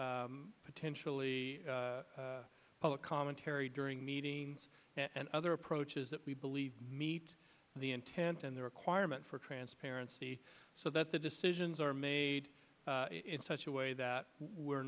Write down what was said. potentially public commentary during meetings and other approaches that we believe meets the intent and the requirement for transparency so that the decisions are made in such a way that we're